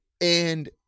and-